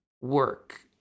work